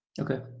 Okay